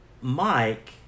Mike